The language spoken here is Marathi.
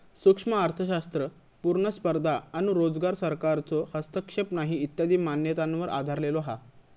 सूक्ष्म अर्थशास्त्र पुर्ण स्पर्धा आणो रोजगार, सरकारचो हस्तक्षेप नाही इत्यादी मान्यतांवर आधरलेलो हा